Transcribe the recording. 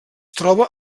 troba